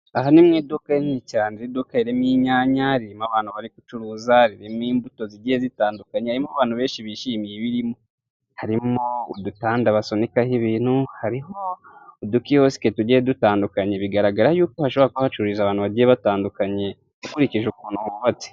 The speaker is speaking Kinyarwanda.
Aha ni mu iduka rinini cyane iri duka ririmo inyanya, ririmo abantu bari gucuruza, ririmo imbuto zigiye zitandukanye, harimo abantu benshi bishimiye ibirimo, harimo udutanda basunikaho ibintu, harimo udukiyosike tugiye dutandukanye bigaragara yuko hashobora kuba hacururiza abantu bagiye batandukanye ukurikije ukuntu hubatse.